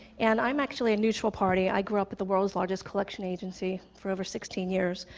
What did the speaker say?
and i'm actually a neutral party. i grew up at the world's largest collection agency for over sixteen years.